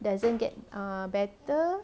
doesn't get err better